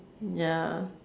ya